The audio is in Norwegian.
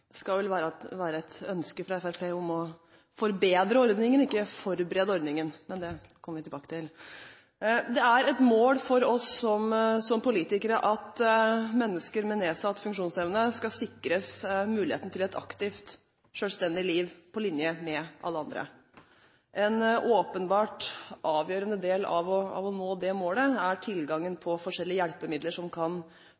være et ønske fra Fremskrittspartiet om å forbedre ordningen, ikke forberede ordningen, men det kommer vi tilbake til. Det er et mål for oss som politikere at mennesker med nedsatt funksjonsevne skal sikres muligheten til et aktivt, selvstendig liv på linje med alle andre. En åpenbart avgjørende del av å nå det målet er tilgangen